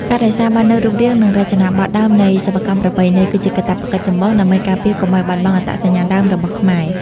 ការរក្សាបាននូវរូបរាង និងរចនាប័ទ្មដើមនៃសិប្បកម្មប្រពៃណី គឺជាកាតព្វកិច្ចចម្បងដើម្បីការពារកុំឱ្យបាត់បង់អត្តសញ្ញាណដើមរបស់ខ្មែរ។